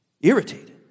Irritated